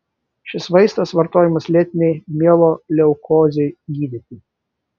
šis vaistas vartojamas lėtinei mieloleukozei gydyti